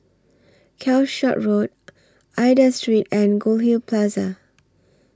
Calshot Road Aida Street and Goldhill Plaza